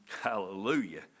Hallelujah